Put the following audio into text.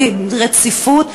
בדין רציפות,